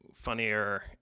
funnier